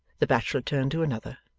the bachelor turned to another,